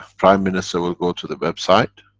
prime minister will go to the website,